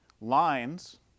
lines